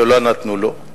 לא נתנו לו,